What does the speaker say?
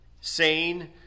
sane